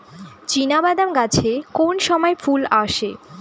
চিনাবাদাম গাছে কোন সময়ে ফুল আসে?